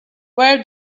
where